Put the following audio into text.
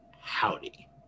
Howdy